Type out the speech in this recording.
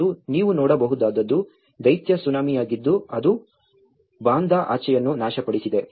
ಮತ್ತು ನೀವು ನೋಡಬಹುದಾದದ್ದು ದೈತ್ಯ ಸುನಾಮಿಯಾಗಿದ್ದು ಅದು ಬಂದಾ ಆಚೆಯನ್ನು ನಾಶಪಡಿಸಿದೆ